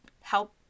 help